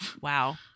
Wow